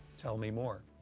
tell me more.